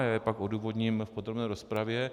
Já je pak odůvodním v podrobné rozpravě.